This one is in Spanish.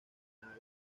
cañada